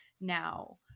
now